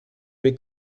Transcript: mes